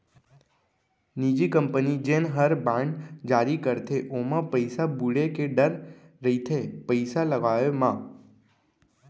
निजी कंपनी जेन हर बांड जारी करथे ओमा पइसा बुड़े के डर रइथे पइसा लगावब म